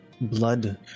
blood